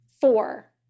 Four